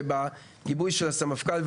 בגיבוי הסמפכ״ל,